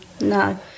no